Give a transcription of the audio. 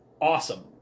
awesome